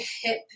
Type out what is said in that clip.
hip